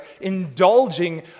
indulging